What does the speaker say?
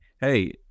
hey